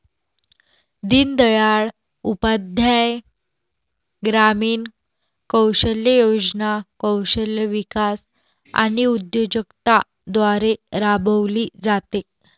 दीनदयाळ उपाध्याय ग्रामीण कौशल्य योजना कौशल्य विकास आणि उद्योजकता द्वारे राबविली जाते